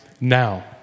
now